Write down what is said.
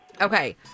Okay